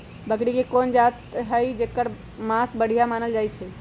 बकरी के कोन जात हई जेकर मास बढ़िया मानल जाई छई?